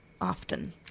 often